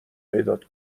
پیدات